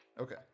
Okay